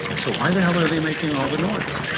so why the hell are they making all the noise?